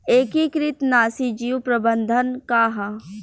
एकीकृत नाशी जीव प्रबंधन का ह?